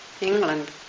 England